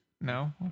No